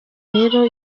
rero